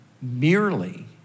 merely